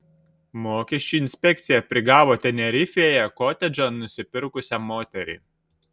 mokesčių inspekcija prigavo tenerifėje kotedžą nusipirkusią moterį